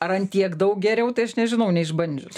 ar ant tiek daug geriau tai aš nežinau neišbandžius